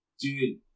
Dude